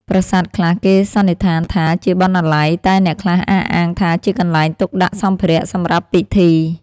ប្រាសាទខ្លះគេសន្និដ្ឋានថាជាបណ្ណាល័យ តែអ្នកខ្លះអះអាងថាជាកន្លែងទុកដាក់សម្ភារៈសម្រាប់ពិធី។